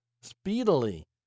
speedily